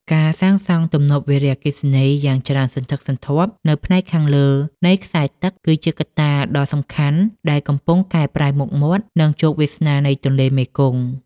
ការសាងសង់ទំនប់វារីអគ្គិសនីយ៉ាងច្រើនសន្ធឹកសន្ធាប់នៅផ្នែកខាងលើនៃខ្សែទឹក គឺជាកត្តាដ៏សំខាន់ដែលកំពុងកែប្រែមុខមាត់ និងជោគវាសនានៃទន្លេមេគង្គ។